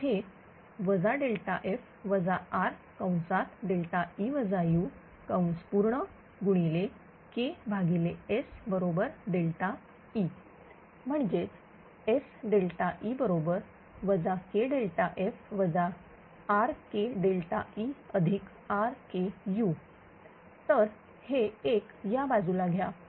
तर हे F RKS E म्हणजेच SE KF RKERKu तर हे एक या बाजूला घ्या